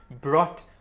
brought